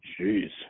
jeez